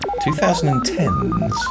2010s